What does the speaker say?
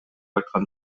айткан